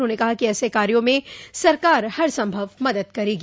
उन्होंने कहा कि ऐसे कार्यो में सरकार हर संभव मदद करेगी